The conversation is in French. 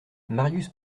marius